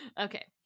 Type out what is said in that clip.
Okay